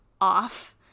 off